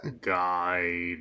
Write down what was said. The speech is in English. Guide